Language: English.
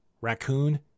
Raccoon